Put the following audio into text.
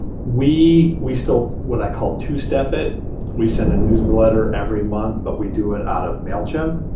ah we we still what i call two step it we send a newsletter every month but we do it out of mailchimp.